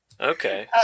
Okay